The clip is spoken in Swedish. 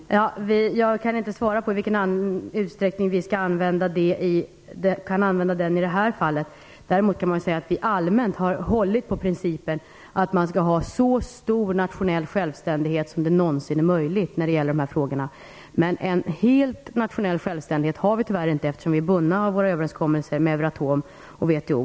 Herr talman! Jag kan inte svara på i vilken utsträckning vi kan använda den paragrafen i det här fallet. Däremot kan jag säga att vi allmänt har hållit på principen att man skall ha så stor nationell självständighet som det någonsin är möjligt i dessa frågor. Men en fullständig nationell självständighet har vi tyvärr inte, eftersom vi är bundna av våra överenskommelser med Euratom och WTO.